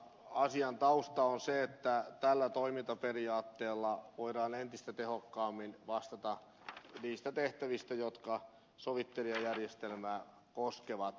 asian tausta on se että tällä toimintaperiaatteella voidaan entistä tehokkaammin vastata niistä tehtävistä jotka sovittelijajärjestelmää koskevat